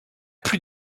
plus